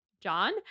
John